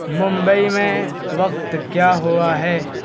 ممبئی میں وقت کیا ہوا ہے